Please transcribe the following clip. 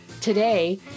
Today